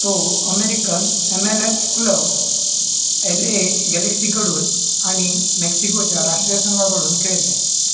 तो American M L S club L A गॅलेक्सीकडून आणि मेक्सिकोच्या राष्ट्रीय संघाकडून खेळतो